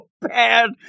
bad